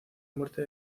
muerte